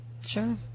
Sure